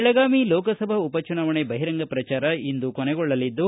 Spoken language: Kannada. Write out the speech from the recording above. ಬೆಳಗಾವಿ ಲೋಕಸಭಾ ಉಪ ಚುನಾವಣೆ ಬಹಿರಂಗ ಪ್ರಚಾರ ಇಂದು ಕೊನೆಗೊಳ್ಳಲಿದ್ದು